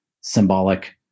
symbolic